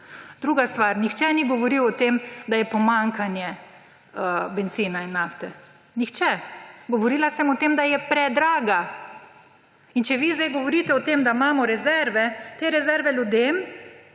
Druga stvar. Nihče ni govoril o tem, da je pomanjkanje bencina in nafte, nihče. Govorila sem o tem, da je predraga. In če vi zdaj govorite o tem, da imamo rezerve, te rezerve ljudem,